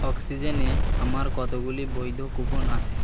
অক্সিজেনে আমার কতগুলি বৈধ কুপন আছে